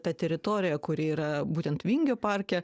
ta teritorija kuri yra būtent vingio parke